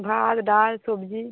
ভাত ডাল সবজি